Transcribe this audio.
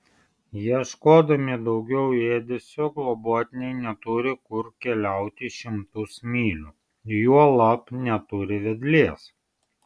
ieškodami daugiau ėdesio globotiniai neturi kur keliauti šimtus mylių juolab neturi vedlės